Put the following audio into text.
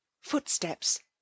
Footsteps